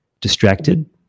distracted